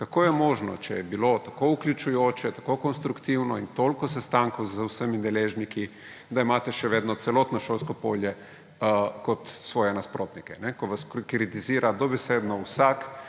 Kako je možno, če je bilo tako vključujoče, tako konstruktivno in toliko sestankov z vsemi deležniki, da imate še vedno celotno šolsko polje za svoje nasprotnike, ko vas kritizira vsak